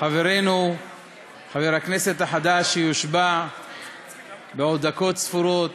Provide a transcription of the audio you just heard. חברנו חבר הכנסת החדש, שיושבע בעוד דקות ספורות,